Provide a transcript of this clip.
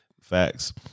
Facts